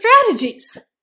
strategies